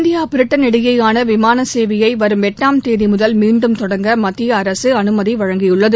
India Britain இடையேயான விமான சேவையை வரும் எட்டாம் தேதி முதல் மீண்டும் தொடங்க மத்திய அரசு அனுமதி வழங்கியுள்ளது